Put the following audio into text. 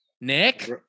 Nick